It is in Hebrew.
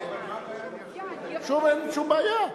אבל מה הבעיה, שום בעיה.